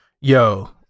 Yo